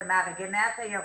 זה מארגני התיירות,